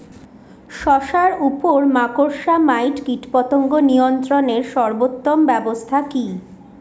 শশার উপর মাকড়সা মাইট কীটপতঙ্গ নিয়ন্ত্রণের সর্বোত্তম ব্যবস্থা কি?